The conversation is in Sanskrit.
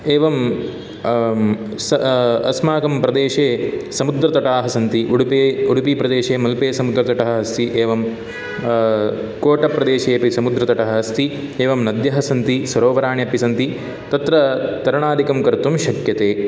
एवं स अस्माकं प्रदेशे समुद्रतटाः सन्ति उडुपि उडुपिप्रदेशे मल्पे समुद्रतटः अस्ति एवं कोटप्रदेशे अपि समुद्रतटः अस्ति एवं नद्यः सन्ति सरोवराणि अपि सन्ति तत्र तरणादिकं कर्तुं शक्यते